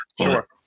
Sure